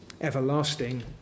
everlasting